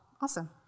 Awesome